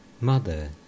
Mother